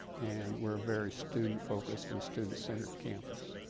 and we're very student focused and student centered campus.